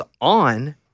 on